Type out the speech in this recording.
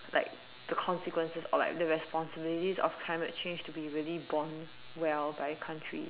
like the consequences or like the responsibilities of climate change to be really borne well by countries